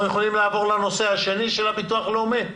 אנחנו יכולים לעבור לנושא השני של הביטוח הלאומי,